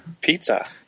Pizza